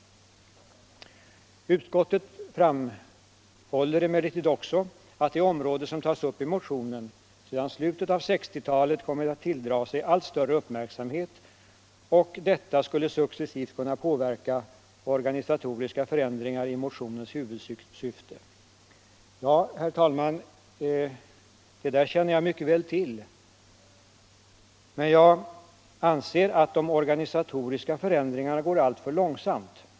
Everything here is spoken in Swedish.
Utskottet framhåller emellertid också att det område som tas upp i motionen, sedan slutet av 1960-talet kommit att tilldra sig allt större uppmärksamhet, och detta skulle successivt kunna påverka organisatoriska förändringar i motionens huvudsyfte. Ja, herr talman, det där känner jag mycket väl till. Men jag anser att de organisatoriska förändringarna går alltför långsamt.